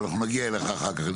אבל אנחנו נגיע אליך אחר כך.